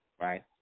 right